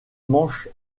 manche